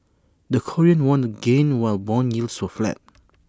the Korean won gained while Bond yields were flat